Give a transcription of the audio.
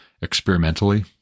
experimentally